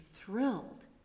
thrilled